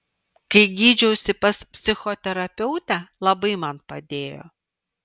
kai gydžiausi pas psichoterapeutę labai man padėjo